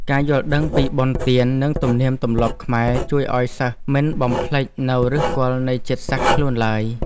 ការយល់ដឹងពីបុណ្យទាននិងទំនៀមទម្លាប់ខ្មែរជួយឱ្យសិស្សមិនបំភ្លេចនូវឫសគល់នៃជាតិសាសន៍ខ្លួនឡើយ។